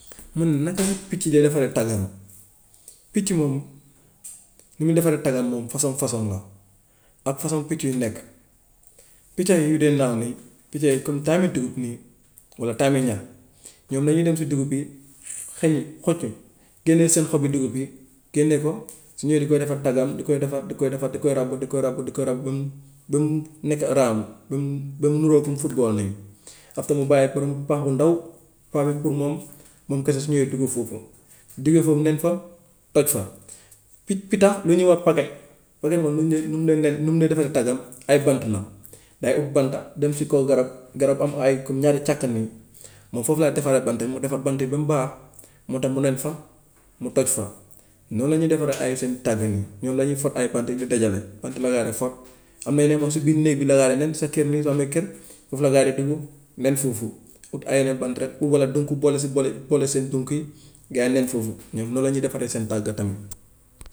Mu ne naka la picc di defaree taggam, picc moom ni muy defaree taggam moom fasoŋ fasoom la ak façon picc yu nekk. Picca yu dee naaw nii picca yi comme time mi dugub ni walla time mi ñax ñoom dañuy def si dugub bi xëy xocc génnee seen xobi dugub bi, génne ko su ñëwee di ko defar taggam di koy defar di koy defar di koy ràbb di koy ràbb di koy ràbb di koy ràbb ba mu ba mu nekk round ba mu ba mu niroog kum after mu bàyyi pa- pax bu ndax, pax bi pour moom moom kese su ñëwee dugg foofu bu duggee foofu nen fa, toj fa. Pit- pittax lu ñuy wax packet packet moom nu mu dee nu mu dee nen nu mu dee defaree taggam ay bant la, day ut banta dem ci kaw garab, garab bu am ay comme ñaari càq nii, moom foofu lay defaree banta mu defar bant bi ba mu baax moom tam mu nen fa, mu toj fa. Noonu lañuy defaree ay seen tagg yooyu, ñoom dañuy for ay bant yi ñu dajale, bant la daa de for. Am na yeneen moom si biir néeg bi la daa di nen sa kër nii soo amee kër foofu la daa di dugg nen foofu, uy ay bant rek ou walla dunq boole si boole boole seen dunq yi gaa yi nen foofu ñoom noonu la ñuy defaree seen tagga tamit.